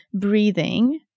breathing